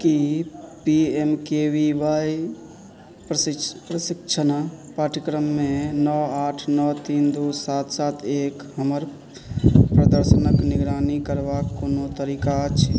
की P M K V Y प्रशिक्ष प्रशिक्षण पाठ्यक्रममे नओ आठ नओ तीन दू सात सात एक हमर प्रदर्शनक निगरानी करबाक कोनो तरीका अछि